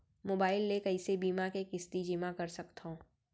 Mobile ले कइसे बीमा के किस्ती जेमा कर सकथव?